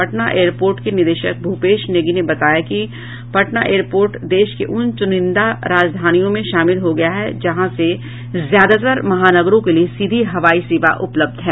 Patna airport के निदेशक भूपेश नेगी ने बताया कि पटना एयर पोर्ट देश के उन चुनिंदा राजधानियों में शामिल हो गया है जहां से ज्यादातर महानगरों के लिये सीधी हवाई सेवा उपलब्ध है